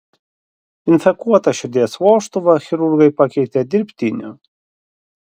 infekuotą širdies vožtuvą chirurgai pakeitė dirbtiniu